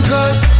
Cause